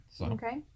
Okay